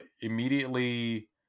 immediately